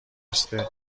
مثل